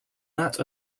that